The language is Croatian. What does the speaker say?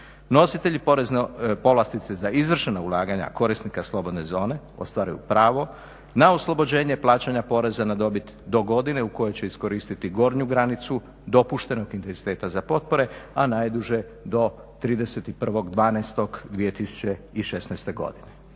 nositelji porezne povlastice za izvršena ulaganja korisnika slobodne zone ostvaruju pravo na oslobođenje plaćanja poreza na dobit do godine u kojoj će iskoristiti gornju granicu dopuštenog intenziteta za potpore, a najduže do 31.12.2016.godine.